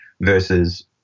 versus